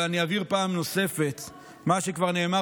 אבל אבהיר פעם נוספת את מה שכבר נאמר